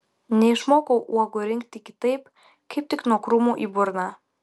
neišmokau uogų rinkti kitaip kaip tik nuo krūmų į burną